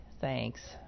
thanks